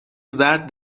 زرد